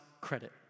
credit